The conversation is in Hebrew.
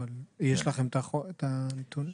יש לכם את הנתונים?